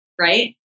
right